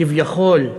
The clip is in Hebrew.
כביכול,